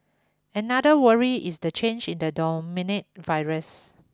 another worry is the change in the dominant virus